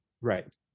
right